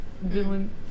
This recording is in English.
villain